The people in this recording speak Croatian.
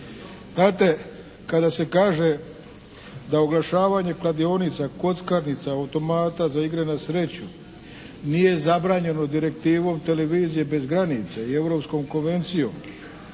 Znate, kada se kaže da oglašavanje kladionica, kockarnica, automata za igre na sreću nije zabranjeno direktivom televizije bez granica i Europskom konvencijom,